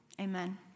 amen